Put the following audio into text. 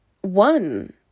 one